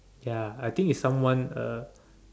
ya I think is someone uh